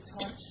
touch